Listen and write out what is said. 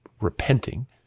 repenting